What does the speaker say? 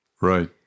Right